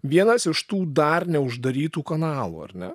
vienas iš tų dar neuždarytų kanalų ar ne